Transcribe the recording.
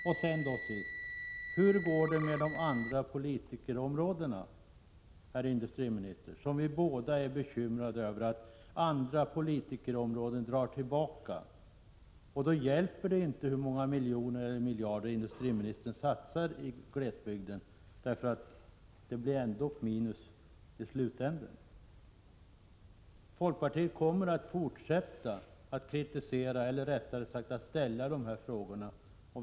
Till sist: Hur går det med de andra politikområdena, herr industriminister? Vi är ju båda bekymrade över att andra politikområden drar tillbaka. Då hjälper det inte hur många miljoner eller miljarder industriministern satsar i glesbygden. Då blir det ändå minus i slutändan. Folkpartiet kommer att fortsätta att ställa dessa frågor.